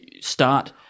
start